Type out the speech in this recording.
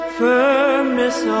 firmness